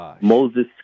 Moses